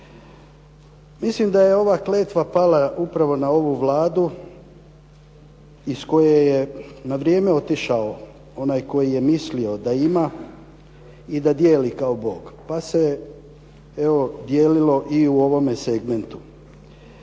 Mislim da je ova kletva pala upravo na ovu Vladu iz koje je na vrijeme otišao onaj koji je mislio da ima i da dijeli kao Bog pa se evo, dijelilo i u ovome segmentu.